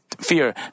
fear